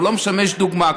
הוא לא משמש דוגמה.